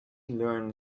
learn